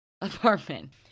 apartment